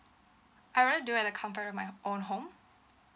I do at the comfort of my own home